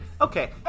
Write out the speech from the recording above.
Okay